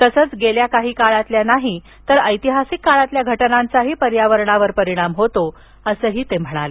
तसंच गेल्या काही काळातल्या नाही तर ऐतिहासिक काळातल्या घटनांचा पर्यावरणावर परिणाम होतो असंही ते म्हणाले